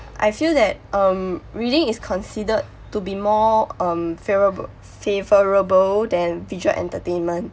I feel that um reading is considered to be more um favour~ favourable than visual entertainment